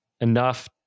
enough